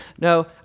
No